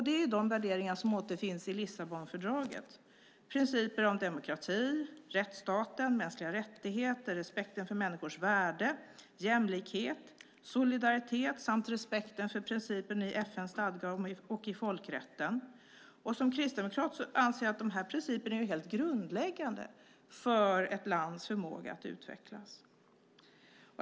Det är de värderingar som återfinns i Lissabonfördraget: principer om demokrati, rättsstaten, mänskliga rättigheter, respekten för människors värde, jämlikhet, solidaritet samt respekten för principerna i FN:s stadga och i folkrätten. Som kristdemokrat anser jag att de här principerna är helt grundläggande för ett lands förmåga att utvecklas.